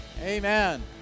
amen